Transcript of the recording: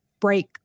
break